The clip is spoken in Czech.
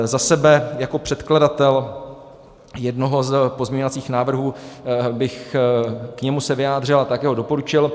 Za sebe jako předkladatel jednoho z pozměňovacích návrhů bych se k němu vyjádřil a také ho doporučil.